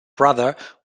brother